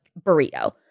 burrito